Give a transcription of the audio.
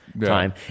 time